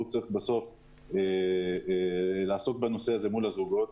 הוא צריך בסוף לפתור את המחלוקת מול הזוגות.